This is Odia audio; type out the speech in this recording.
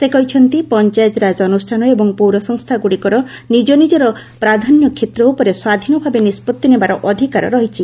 ସେ କହିଛନ୍ତି ପଞ୍ଚାୟତିରାଜ ଅନୁଷ୍ଠାନ ଏବଂ ପୌରସଂସ୍ଥାଗୁଡ଼ିକର ନିଜ ନିଜର ପ୍ରାଧାନ୍ୟ କ୍ଷେତ୍ର ଉପରେ ସ୍ୱାଧୀନଭାବେ ନିଷ୍କଭି ନେବାର ଅଧିକାର ରହିଛି